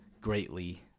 greatly